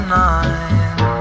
nine